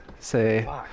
Say